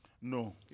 No